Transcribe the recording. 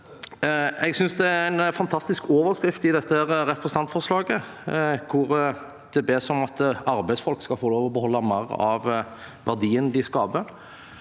Jeg synes det er en fantastisk overskrift i dette representantforslaget, hvor det bes om at arbeidsfolk skal få lov til å beholde mer av verdiene de skaper.